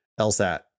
LSAT